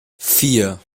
vier